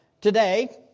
Today